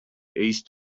east